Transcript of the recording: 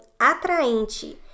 Atraente